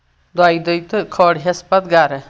دۄیہِ دۄہہِ تہٕ کھٲلہس پتہٕ گرٕ